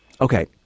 Okay